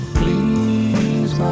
please